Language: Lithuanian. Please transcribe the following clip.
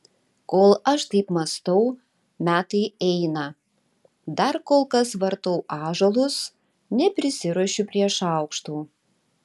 kol aš taip mąstau metai eina dar kol kas vartau ąžuolus neprisiruošiu prie šaukštų